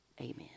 Amen